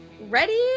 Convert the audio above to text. ready